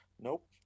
Nope